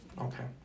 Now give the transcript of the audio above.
okay